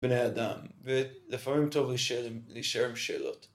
בני אדם, ולפעמים טוב להישאר עם שאלות.